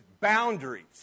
boundaries